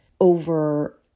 over